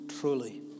truly